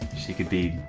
she could be.